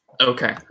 Okay